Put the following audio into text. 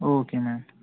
okay ma'am